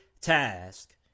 task